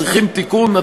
מצריכים תיקון.